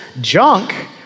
junk